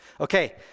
Okay